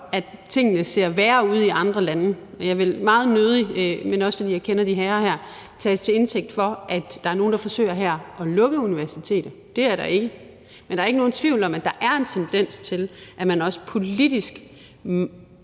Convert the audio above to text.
at tingene ser værre ud i andre lande. Jeg vil meget nødig – også fordi jeg kender de herrer her – tages til indtægt for at sige, at der er nogen her, der forsøger at lukke universiteter. Det er der ikke. Men der er ikke nogen tvivl om, at der er en tendens til, at man også politisk